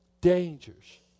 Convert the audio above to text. dangers